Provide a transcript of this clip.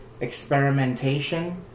experimentation